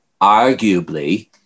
arguably